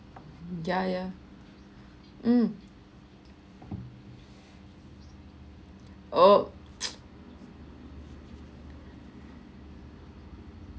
ya ya mm oh